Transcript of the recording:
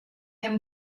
him